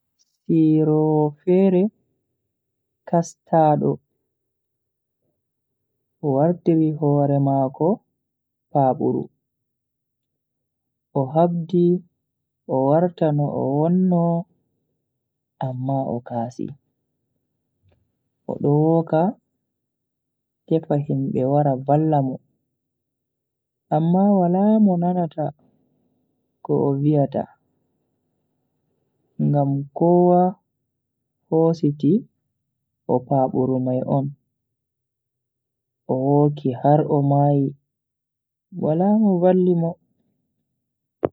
Sirowo fere kastaado wartiri hore mako paburu, o habdi o warta no o wonno amma o kasi. O do woka tefa himbe wara valla mo amma wala mo nanata ko o viyata ngam kowa hositi o paburu mai on. O woki har o mayi wala mo valli mo.